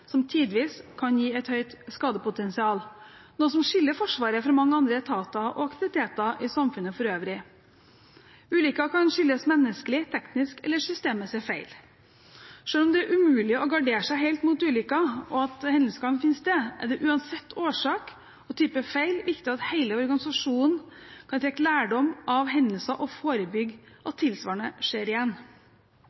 som tidvis kan gi et høyt skadepotensial, noe som skiller Forsvaret fra mange andre etater og aktiviteter i samfunnet for øvrig. Ulykker kan skyldes menneskelige eller tekniske feil eller systemer som er feil. Selv om det er umulig å gardere seg helt mot ulykker og mot at hendelser kan finne sted, er det uansett årsak og type feil viktig at hele organisasjonen kan trekke lærdom av hendelser og forebygge